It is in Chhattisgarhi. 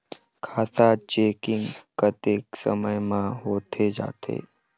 खाता चेकिंग कतेक समय म होथे जाथे?